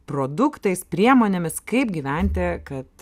produktais priemonėmis kaip gyventi kad